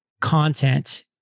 content